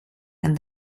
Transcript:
and